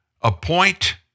appoint